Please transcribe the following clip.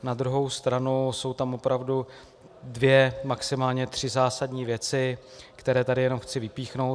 Na druhou stranu jsou tam opravdu dvě, maximálně tři zásadní věci, které tady jenom chci vypíchnout.